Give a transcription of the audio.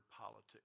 politics